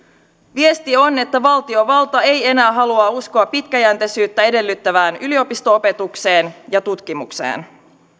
viesti on että valtiovalta ei enää halua uskoa pitkäjänteisyyttä edellyttävään yliopisto opetukseen ja tutkimukseen